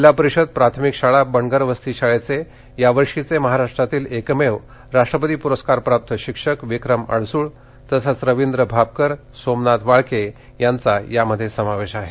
जिल्हा परिषद प्रार्थमिक शाळा बंडगरवस्ती शाळेचे यावर्षीचे महाराष्ट्रातील एकमेव राष्ट्रपती प्रस्कार प्राप्त शिक्षक विक्रम अडसुळ तसंच रवींद्र भापकर सोमनाथ वाळके यांचा समावेश आहे